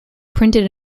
printed